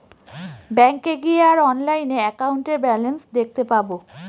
ব্যাঙ্কে গিয়ে আর অনলাইনে একাউন্টের ব্যালান্স দেখতে পাবো